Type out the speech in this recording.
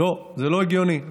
לא, זה לא הגיוני.